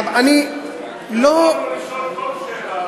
אילו היית שותף לעשרות שעות של דיונים,